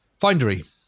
Findery